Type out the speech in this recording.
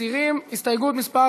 מצביעים על הסתייגות מס'